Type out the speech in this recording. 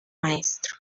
maestro